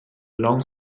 long